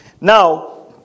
Now